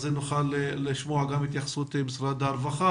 נוכל לשמוע גם את התייחסותו של משרד העבודה,